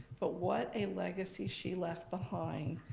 but what a legacy she left behind.